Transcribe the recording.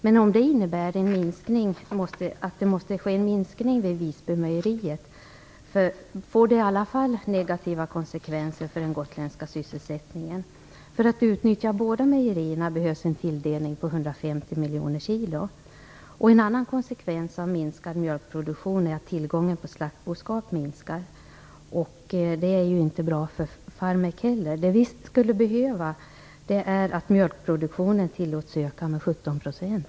Men om det innebär att det måste ske en minskning vid Visbymejeriet får det i alla fall negativa konsekvenser för den gotländska sysselsättningen. För att utnyttja båda mejerierna behövs en tilldelning på 150 miljoner kilo. En annan konsekvens av minskad mjölkproduktion är att tillgången på slaktboskap minskar. Det är inte bra för Farmek heller. Det vi skulle behöva är att mjölkproduktionen tilllåts öka med 17 %.